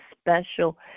special